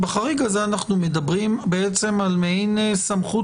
בחריג הזה אנחנו מדברים בעצם על מעין סמכות